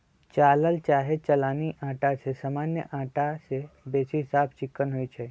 चालल चाहे चलानी अटा जे सामान्य अटा से बेशी साफ चिक्कन होइ छइ